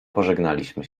pożegnaliśmy